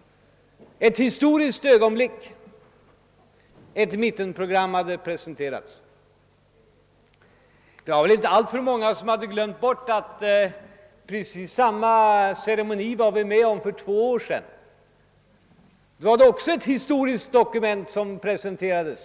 — ett historiskt dokument, ett mittenprogram hade presenterats. Det var väl inte alltför många som hade glömt att precis samma ceremoni förekom för två år sedan. Då var det också ett historiskt dokument som presenterades.